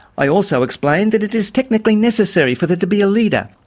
i also explained that it is technically necessary for there to be a leader.